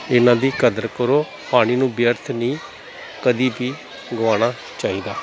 ਇਹਨਾਂ ਦੀ ਕਦਰ ਕਰੋ ਪਾਣੀ ਨੂੰ ਵਿਅਰਥ ਨਹੀਂ ਕਦੀ ਵੀ ਗੁਆਉਣਾ ਚਾਹੀਦਾ